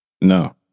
No